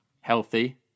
healthy